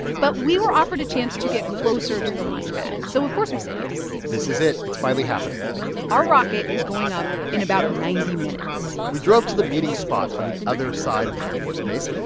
but we were offered a chance to get closer to the launch pad. so, of course, we said yes this is it. it's finally happening our rocket is going up in about ninety minutes we drove to the meeting spot on the other side of the air force base.